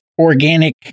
organic